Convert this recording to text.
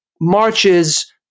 marches